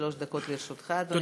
שלוש דקות לרשותך, אדוני.